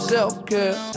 Self-care